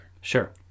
Sure